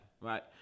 right